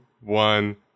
one